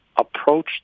approach